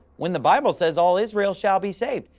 when the bible says, all israel shall be saved?